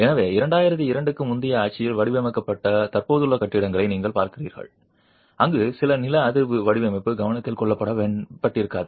எனவே 2002 க்கு முந்தைய ஆட்சியில் வடிவமைக்கப்பட்ட தற்போதுள்ள கட்டிடங்களை நீங்கள் பார்க்கிறீர்கள் அங்கு நில அதிர்வு வடிவமைப்பு கவனத்தில் எடுத்துக்கொள்ள பட்டிருக்காது